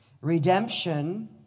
redemption